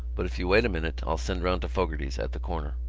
but if you wait a minute i'll send round to fogarty's at the corner.